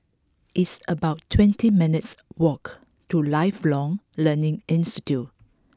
it's about twenty minutes' walk to Lifelong Learning Institute